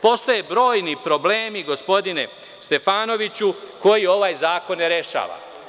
Postoje brojni problemi, gospodine Stefanoviću, koji ovaj zakon ne rešava.